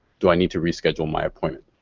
do i need to reschedule my appointment?